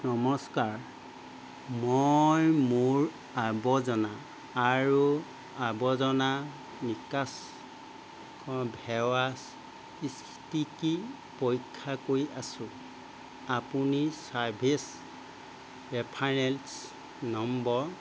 নমস্কাৰ মই মোৰ আৱৰ্জনা আৰু আৱৰ্জনা নিকাচ ভেৱাস স্থিতি কি পৰীক্ষা কৰি আছোঁ আপুনি ছাৰ্ভিচ ৰেফাৰেঞ্চ নম্বৰ